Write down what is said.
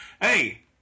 hey